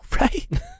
right